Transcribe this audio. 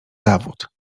zawód